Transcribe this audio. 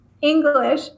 English –